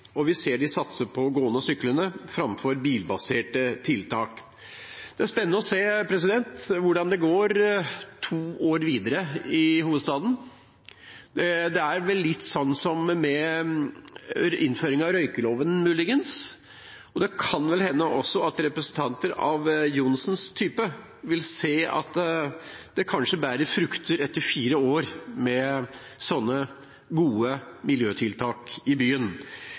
og vi ser det satses på gående og syklende framfor bilbaserte tiltak. Det blir spennende å se hvordan det går to år videre i hovedstaden. Det er vel litt som med innføringen av røykeloven, muligens, og det kan vel også hende at representanter av Johnsens type vil se at fire år med slike gode miljøtiltak i byen